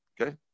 Okay